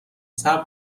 صبر